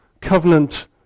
covenant